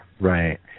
Right